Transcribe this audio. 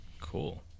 cool